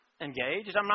engaged